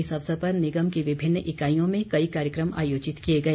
इस अवसर पर निगम की विभिन्न इकाईयों में कई कार्यक्रम आयोजित किए गए